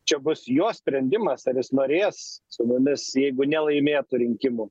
čia bus jo sprendimas ar jis norės su mumis jeigu nelaimėtų rinkimų